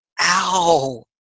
ow